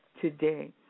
today